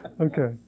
Okay